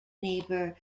neighbour